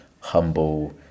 humble